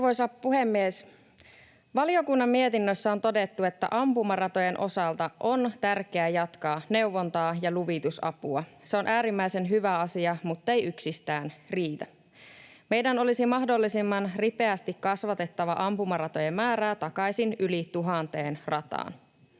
Arvoisa puhemies! Valiokunnan mietinnössä on todettu, että ampumaratojen osalta on tärkeää jatkaa neuvontaa ja luvitusapua. Se on äärimmäisen hyvä asia muttei yksistään riitä. Meidän olisi mahdollisimman ripeästi kasvatettava ampumaratojen määrää takaisin yli tuhanteen rataan.